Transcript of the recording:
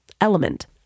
Element